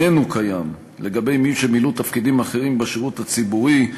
איננו קיים לגבי מי שמילאו תפקידים אחרים בשירות הציבורי,